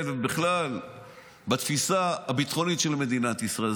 ובכלל בתפיסה הביטחונית של מדינת ישראל,